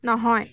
নহয়